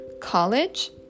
College